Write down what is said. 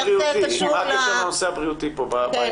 מה הקשר לנושא הבריאותי פה בעניין?